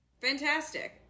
Fantastic